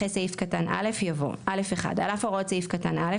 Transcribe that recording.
אחרי סעיף קטן (א) יבוא: "(א1) על אף הוראות סעיף קטן (א),